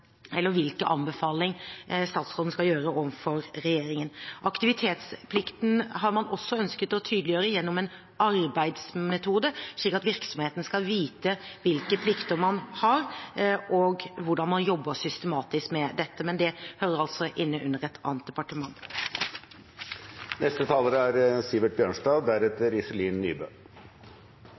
anbefaling statsråden skal gjøre overfor regjeringen. Aktivitetsplikten har man også ønsket å tydeliggjøre gjennom en arbeidsmetode, slik at virksomheten skal vite hvilke plikter man har, og hvordan man jobber systematisk med dette. Men det hører altså inn under et annet